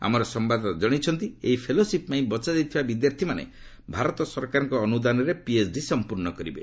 ଆମର ସମ୍ଘାଦଦାତା ଜଣାଇଛନ୍ତି ଏହି ଫେଲୋସିପି ପାଇଁ ବଛାଯାଇଥିବା ବିଦ୍ୟାର୍ଥୀମାନେ ଭାରତ ସରକାରଙ୍କ ଅନୁଦାନରେ ପିଏଚ୍ଡି ସମ୍ପର୍ଶ୍ଣ କରିବେ